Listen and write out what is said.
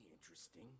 Interesting